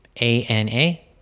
A-N-A